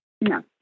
No